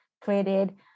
created